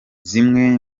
zimwe